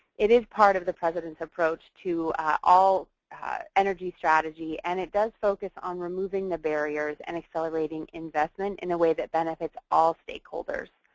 it is part of the president's approach to all energy strategies and it does focus on removing the barriers and accelerating investments in a way that benefits all stakeholders.